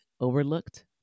overlooked